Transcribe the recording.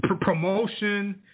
promotion